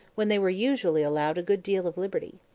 when they were usually allowed a good deal of liberty.